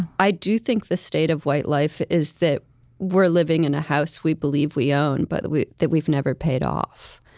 i do think the state of white life is that we're living in a house we believe we own but that we've never paid off.